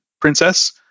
princess